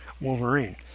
Wolverine